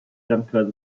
landkreise